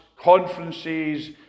conferences